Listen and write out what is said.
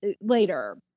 later